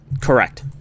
correct